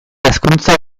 hezkuntza